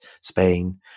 Spain